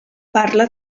parla